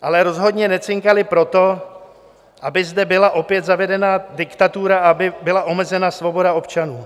Ale rozhodně necinkali proto, aby zde byla opět zavedena diktatura, aby byla omezena svoboda občanů.